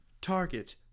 Target